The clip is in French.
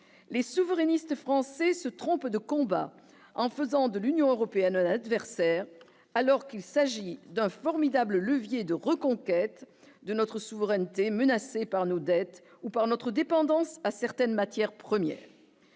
les souverainistes français se trompent de combat en faisant de l'Union européenne, l'adversaire alors qu'il s'agit d'un formidable levier de reconquête de notre souveraineté menacé par nos dettes ou par notre dépendance à certaines matières premières.